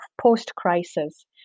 post-crisis